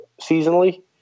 seasonally